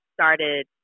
started